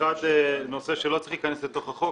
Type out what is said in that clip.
האחד זה נושא שלא צריך להיכנס לתוך החוק,